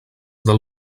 del